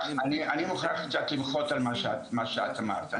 אבל אם ננסה לקחת את כל החבילה המאוד מורכבת הזאת,